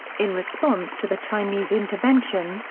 in response to the chinese intervention,